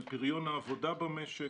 על פריון העבודה במשק,